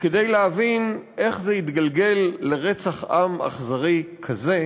וכדי להבין איך זה התגלגל לרצח עם אכזרי כזה